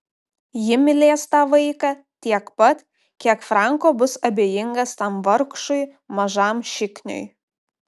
ji mylės tą vaiką tiek pat kiek franko bus abejingas tam vargšui mažam šikniui